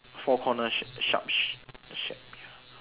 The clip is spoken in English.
four corner sharp sharps shape ya